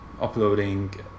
Uploading